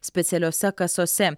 specialiose kasose